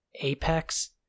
Apex